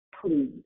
please